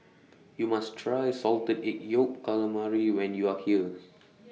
YOU must Try Salted Egg Yolk Calamari when YOU Are here